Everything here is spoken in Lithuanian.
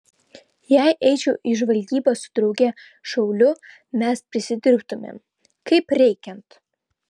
jei eičiau į žvalgybą su drauge šauliu mes prisidirbtumėm kaip reikiant